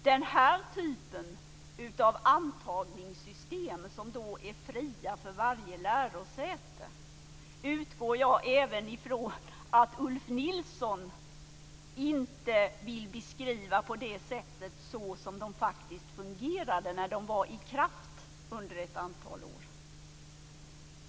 Den här typen av antagningssystem, som är fria för varje lärosäte, utgår jag från att Ulf Nilsson inte vill beskriva så som de faktiskt fungerade när de under ett antal år var i kraft.